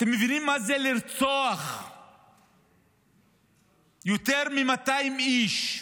אתם מבינים מה זה לרצוח יותר מ-200 איש?